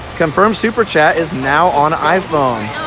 confirmed super chat is now on iphone